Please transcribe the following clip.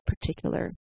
particular